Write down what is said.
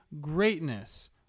greatness